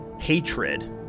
hatred